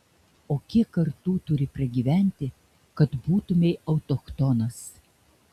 o kiek kartų turi pragyventi kad būtumei autochtonas